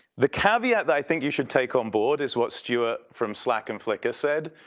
the caveat that i think you should take onboard is what stewart from slack and flickr said.